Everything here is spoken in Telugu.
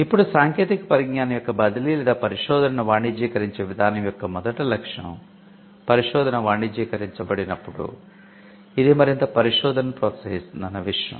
ఇప్పుడు సాంకేతిక పరిజ్ఞానం యొక్క బదిలీ లేదా పరిశోధనను వాణిజ్యీకరించే విధానం యొక్క మొదట లక్ష్యం పరిశోధన వాణిజ్యీకరించబడినప్పుడు ఇది మరింత పరిశోధనను ప్రోత్సహిస్తుంది అన్న విషయం